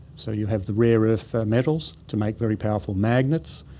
so you have the rare earth metals to make very powerful magnets,